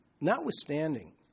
notwithstanding